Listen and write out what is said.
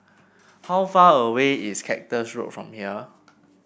how far away is Cactus Road from here